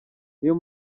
niyo